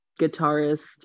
guitarist